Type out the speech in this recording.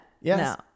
yes